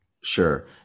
sure